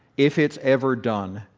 if it's ever done,